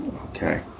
okay